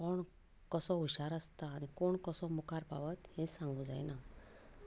तर कोण कसो हुशार आसता आनी कोण कसो मुखार पावत हें सांगूंक जायना